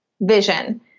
vision